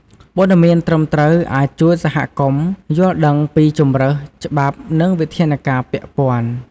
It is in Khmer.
ព័ត៌មានត្រឹមត្រូវអាចជួយសហគមន៍យល់ដឹងពីជម្រើសច្បាប់និងវិធានការពាក់ព័ន្ធ។